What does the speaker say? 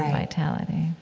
vitality.